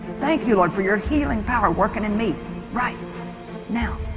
thank you lord for your healing power working in me right now